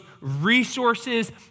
resources